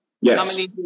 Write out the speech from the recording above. yes